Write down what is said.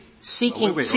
Seeking